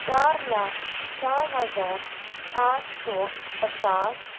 चार लाख चार हजार आठ सौ पचास